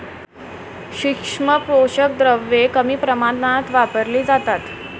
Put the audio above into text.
सूक्ष्म पोषक द्रव्ये कमी प्रमाणात वापरली जातात